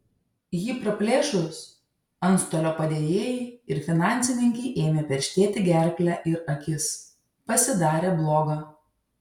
jį praplėšus antstolio padėjėjai ir finansininkei ėmė perštėti gerklę ir akis pasidarė bloga